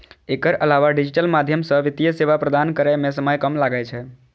एकर अलावा डिजिटल माध्यम सं वित्तीय सेवा प्रदान करै मे समय कम लागै छै